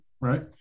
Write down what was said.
right